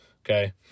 Okay